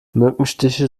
mückenstiche